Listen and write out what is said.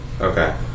Okay